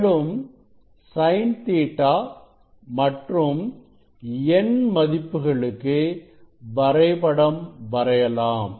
மேலும் sin Ɵ மற்றும் n மதிப்புகளுக்கு வரைபடம் வரையலாம்